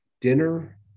dinner